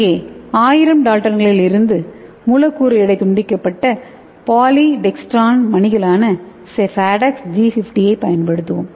இங்கே 1000 டால்டன்களின் மூலக்கூறு எடை துண்டிக்கப்பட்ட பாலிடெக்ஸ்ட்ரான் மணிகளான செஃபாடெக்ஸ் ஜி 50 ஐப் பயன்படுத்துவோம்